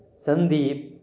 Sandeep